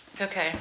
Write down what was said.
Okay